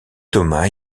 thomas